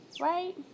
right